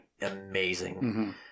amazing